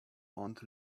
aunt